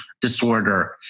disorder